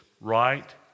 right